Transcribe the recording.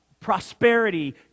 prosperity